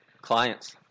clients